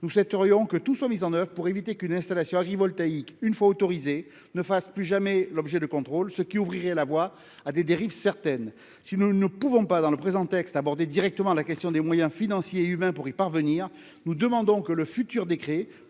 nous souhaiterions que tout soit mis en oeuvre afin d'éviter qu'une installation agrivoltaïque, une fois autorisée, ne fasse plus jamais l'objet de contrôles, ce qui ouvrirait la voie à des dérives certaines. Si nous ne pouvons pas aborder directement, dans le présent texte, la question des moyens financiers et humains pour y parvenir, nous demandons que le futur décret